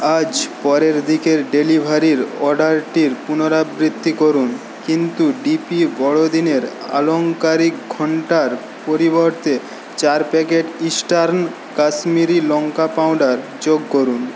আজ পরের দিকের ডেলিভারির অর্ডারটির পুনরাবৃত্তি করুন কিন্তু ডিপি বড়দিনের আলংকারিক ঘণ্টার পরিবর্তে চার প্যাকেট ইস্টার্ন কাশ্মীরি লঙ্কা পাউডার যোগ করুন